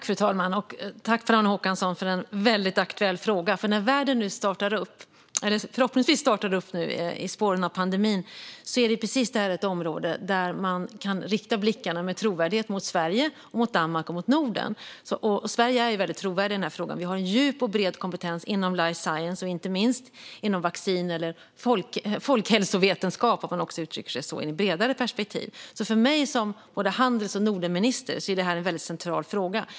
Fru talman! Tack, Per-Arne Håkansson, för en väldigt aktuell fråga! När världen nu förhoppningsvis startar upp i spåren av pandemin är detta precis ett sådant område där man med trovärdighet kan rikta blickarna mot Sverige och Danmark och mot Norden. Sverige är väldigt trovärdigt i denna fråga. Vi har en djup och bred kompetens inom life science. Det gäller inte minst vacciner och folkhälsovetenskap i ett bredare perspektiv. För mig som både handels och Nordenminister är det en väldigt central fråga.